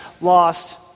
lost